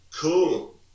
Cool